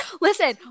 Listen